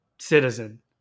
citizen